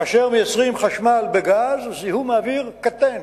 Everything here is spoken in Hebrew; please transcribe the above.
כאשר מייצרים חשמל בגז, זיהום האוויר קטן.